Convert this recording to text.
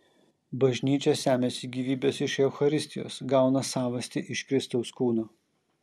bažnyčia semiasi gyvybės iš eucharistijos gauną savastį iš kristaus kūno